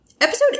Episode